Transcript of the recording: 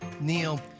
Neil